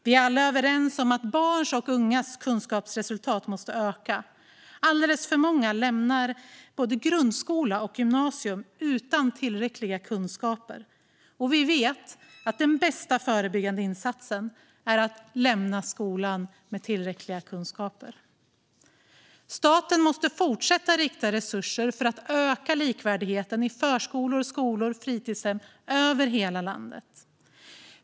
Vi är alla överens om att barns och ungas kunskapsresultat måste öka. Alldeles för många lämnar både grundskola och gymnasium utan tillräckliga kunskaper, och den bästa förebyggande insatsen är att se till att alla lämnar skolan med tillräckliga kunskaper. Staten måste fortsätta att rikta resurser för att öka likvärdigheten i förskolor, skolor och fritidshem över hela landet.